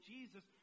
Jesus